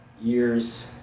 years